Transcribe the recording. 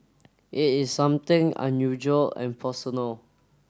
it is something unusual and personal